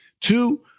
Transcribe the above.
Two